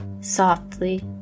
softly